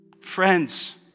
Friends